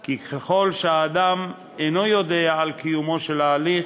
כי ככל שהאדם אינו יודע על קיומו של ההליך,